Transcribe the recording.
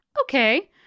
okay